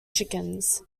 chickens